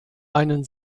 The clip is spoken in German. einen